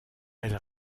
elle